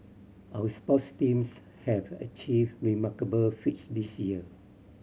our sports teams have achieved remarkable feats this year